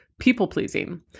people-pleasing